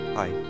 Hi